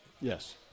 Yes